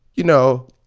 you know,